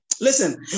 Listen